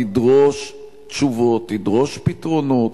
תדרוש תשובות, תדרוש פתרונות.